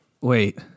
wait